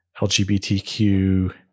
LGBTQ